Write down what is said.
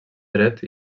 dret